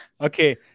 Okay